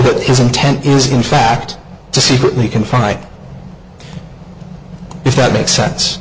that his intent is in fact to secretly can fight if that makes sense